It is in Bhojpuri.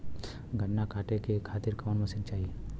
गन्ना कांटेके खातीर कवन मशीन चाही?